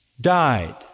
died